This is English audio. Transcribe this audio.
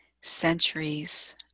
centuries